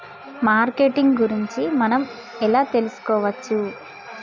Marketing గురించి మనం ఎలా తెలుసుకోవచ్చు?